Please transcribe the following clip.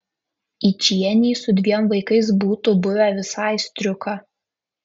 yčienei su dviem vaikais būtų buvę visai striuka